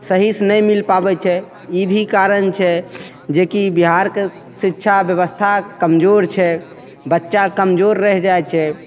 सहीसे नहि मिलि पाबै छै ई भी कारण छै जेकि बिहारके शिक्षा बेबस्था कमजोर छै बच्चा कमजोर रहि जाइ छै